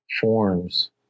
forms